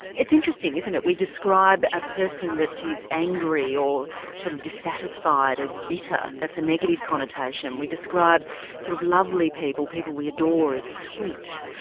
it's interesting, isn't it, we describe a person that is angry or sort of dissatisfied as bitter, that's a negative connotation. we describe sort of lovely people, people with adore as sweet,